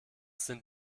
sind